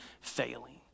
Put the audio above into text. failing